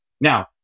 Now